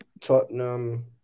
Tottenham